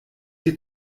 die